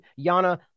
Yana